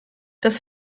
das